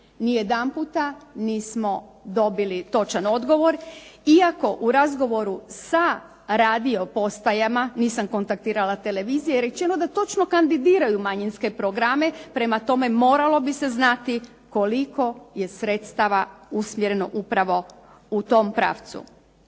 Nijedanput nismo dobili točan odgovor iako u razgovoru sa radio postajama, nisam kontaktirala televizije, je rečeno da točno kandidiraju manjinske programe. Prema tome, moralo bi se znati koliko je sredstava usmjereno upravo u tom pravcu.